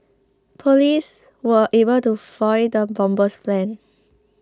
police were able to foil the bomber's plans